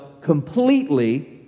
completely